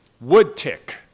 Woodtick